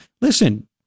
Listen